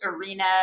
arena